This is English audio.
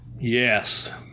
yes